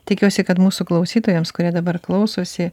tikiuosi kad mūsų klausytojams kurie dabar klausosi